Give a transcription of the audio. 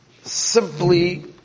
Simply